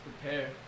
prepare